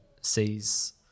sees